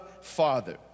Father